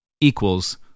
equals